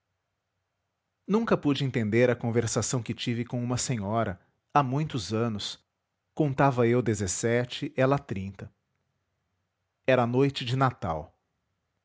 pude entender a conversação que tive com uma senhora há muitos anos contava eu dezessete ela trinta era noite de natal